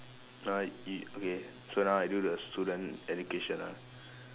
uh y~ okay so now I do the student education ah